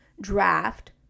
draft